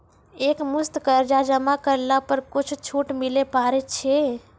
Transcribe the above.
एक मुस्त कर्जा जमा करला पर कुछ छुट मिले पारे छै?